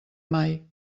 mai